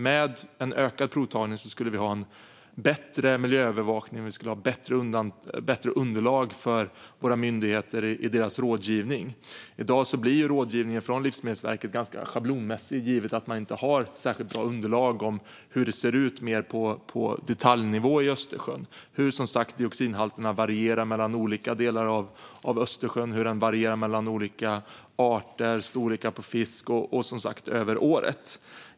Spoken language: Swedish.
Med en ökad provtagning skulle vi ha en bättre miljöövervakning och bättre underlag för våra myndigheter i deras rådgivning. I dag blir rådgivningen från Livsmedelsverket ganska schablonmässig givet att man inte har särskilt bra underlag gällande hur det ser ut mer på detaljnivå i Östersjön - till exempel, som sagt, hur dioxinhalterna varierar mellan olika delar av Östersjön, hur de varierar mellan olika arter av och storlekar på fiskar samt hur de varierar över året.